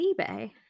eBay